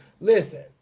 Listen